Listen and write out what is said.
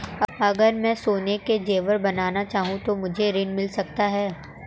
अगर मैं सोने के ज़ेवर बनाना चाहूं तो मुझे ऋण मिल सकता है?